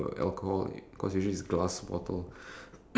ya so definitely get food that can last long